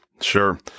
sure